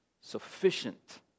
sufficient